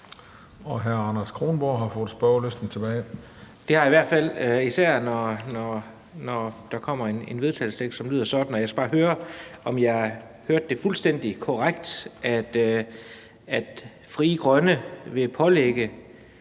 Og hr. Anders Kronborg har fået spørgelysten tilbage. Kl. 15:13 Anders Kronborg (S): Det har jeg i hvert fald, især når der kommer en vedtagelsestekst, som lyder sådan. Jeg skal bare høre, om jeg hørte det fuldstændig korrekt, nemlig at Frie Grønne vil pålægge